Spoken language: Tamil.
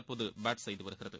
தற்போது பேட் செய்து வருகிறது